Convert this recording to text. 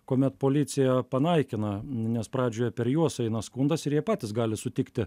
kuomet policija panaikina nes pradžioje per juos eina skundas ir jie patys gali sutikti